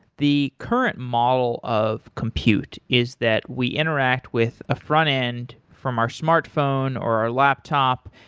the current model of compute is that we interact with a frontend from our smartphone, or our laptop,